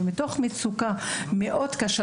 ומתוך מצוקה מאוד קשה,